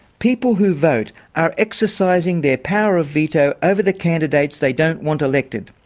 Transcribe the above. people who vote are exercising their power of veto over the candidates they don't want elected.